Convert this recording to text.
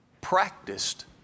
practiced